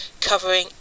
covering